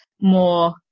more